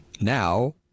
Now